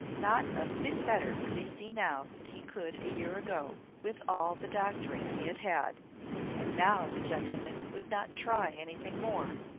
not a bit better could he see now than he could a year ago, with all the doctoring he had had and now the gentleman would not try anything more!